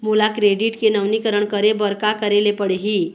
मोला क्रेडिट के नवीनीकरण करे बर का करे ले पड़ही?